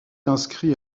inscrit